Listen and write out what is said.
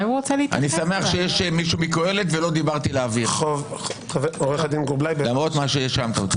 אני שמח שיש מישהו מקהלת ולא דיברתי לאוויר למרות מה שהאשמת אותי.